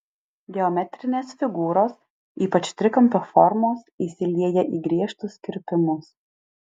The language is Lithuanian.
geometrinės figūros ypač trikampio formos įsilieja į griežtus kirpimus